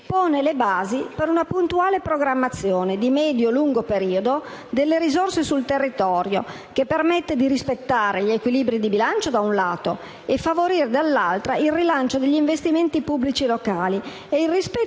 pone le basi per una puntuale programmazione di medio e lungo periodo delle risorse sul territorio, che permette di rispettare gli equilibri di bilancio, da un lato, e favorire, dall'altro, il rilancio degli investimenti pubblici locali e il rispetto